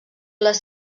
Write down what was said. les